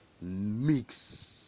mix